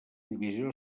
divisió